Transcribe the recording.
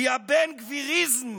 כי הבן-גביריזם,